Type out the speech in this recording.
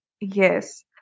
Yes